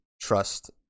trust